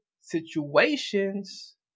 situations